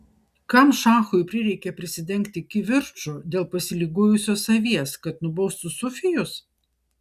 kam šachui prireikė prisidengti kivirču dėl pasiligojusios avies kad nubaustų sufijus